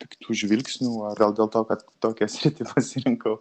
piktų žvilgsnių ar gal dėl to kad tokią sritį pasirinkau